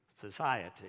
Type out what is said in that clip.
society